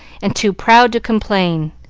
and too proud to complain.